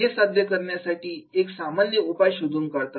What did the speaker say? हे साध्य करण्यासाठी एक सामान्य उपाय शोधून काढतात